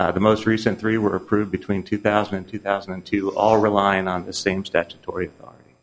the most recent three were approved between two thousand and two thousand and two all relying on the same statutory